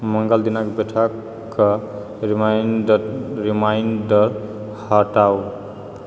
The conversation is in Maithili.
मङ्गल दिनक बैठकके रिमाइण्डर रिमाइण्डर हटाउ